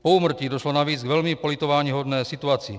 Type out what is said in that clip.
Po úmrtí došlo navíc k velmi politováníhodné situaci.